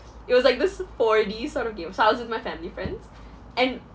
it was like this four D sort of game so I was with my family friends and